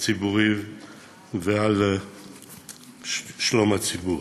הציבורי ועל שלום הציבור.